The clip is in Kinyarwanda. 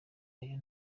iyo